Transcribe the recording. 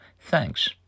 Thanks